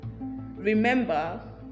remember